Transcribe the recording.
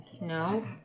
no